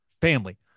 family